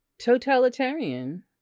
Totalitarian